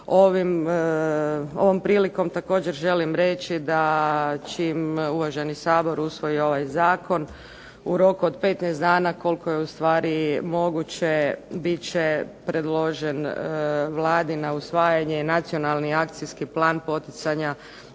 ovom prilikom također želim reći da čim uvaženi Sabor usvoji ovaj zakon u roku od 15 dana koliko je u stvari moguće bit će predložen Vladi na usvajanje Nacionalni akcijski plan poticanje